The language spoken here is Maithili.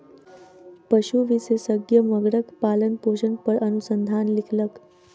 पशु विशेषज्ञ मगरक पालनपोषण पर अनुसंधान लिखलक